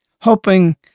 hoping